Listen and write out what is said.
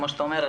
כמו שאתה אומר,